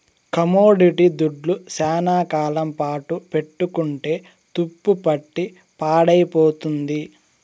commodity దుడ్లు శ్యానా కాలం పాటు పెట్టుకుంటే తుప్పుపట్టి పాడైపోతుంది